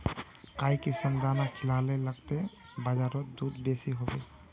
काई किसम दाना खिलाले लगते बजारोत दूध बासी होवे?